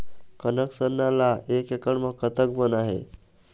कनक सरना ला एक एकड़ म कतक बोना हे?